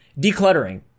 decluttering